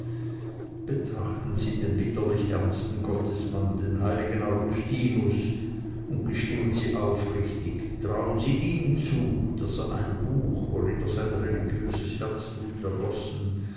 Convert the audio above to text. betrachten sie den bitterlich ernsten gottesmann den heiligen augustinus und gestehen sie aufrichtig trauen sie ihm zu daß er ein buch worin er sein religiöses herzblut ergossen